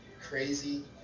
crazy